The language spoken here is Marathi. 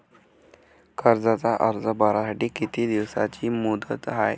कर्जाचा अर्ज भरासाठी किती दिसाची मुदत हाय?